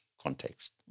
context